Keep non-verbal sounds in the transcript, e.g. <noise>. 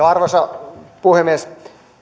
<unintelligible> arvoisa puhemies